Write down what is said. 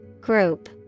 Group